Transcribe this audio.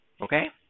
Okay